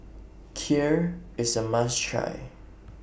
Kheer IS A must Try